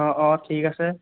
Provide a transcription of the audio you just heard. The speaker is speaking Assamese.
অঁ অঁ ঠিক আছে